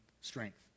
strength